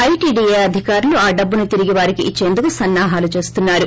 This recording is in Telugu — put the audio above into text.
ఐటీడీఏ అధికారులు ఆ డబ్బును తిరిగి వారికి ఇచ్చేందుకు సన్నాహాలు చేస్తున్నారు